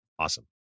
awesome